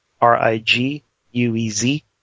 r-i-g-u-e-z